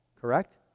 Correct